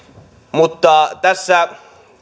mutta tässä